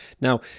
Now